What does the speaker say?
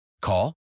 Call